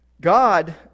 God